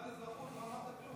הכנסת עודד פורר בבקשה.